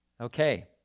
Okay